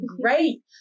great